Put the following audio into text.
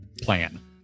plan